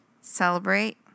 celebrate